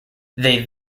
they